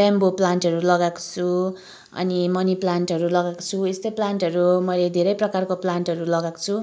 bamboo प्लान्टहरू लगाएको छु अनि मनी प्लान्टहरू लगाएको छु अनि यस्तै प्लान्टहरू मैले धेरै प्रकारको प्लान्टहरू लगाएको छु